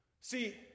See